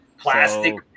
Plastic